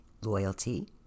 Loyalty